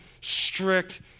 strict